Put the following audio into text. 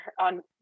on